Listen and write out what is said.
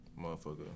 motherfucker